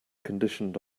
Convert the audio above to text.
conditioned